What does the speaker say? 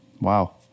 Wow